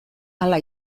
hala